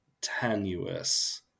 tenuous